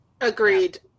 Agreed